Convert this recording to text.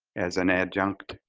as an adjunct